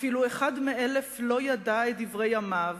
אפילו אחד מאלף לא ידע את דברי ימיו,